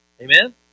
Amen